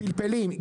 פלפלים,